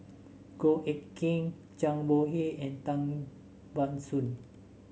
Goh Eck Kheng Zhang Bohe and Tan Ban Soon